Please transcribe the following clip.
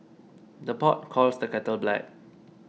the pot calls the kettle black